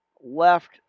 left